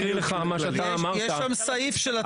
יש שם סעיף של עצמאות המשטרה.